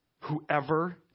Whoever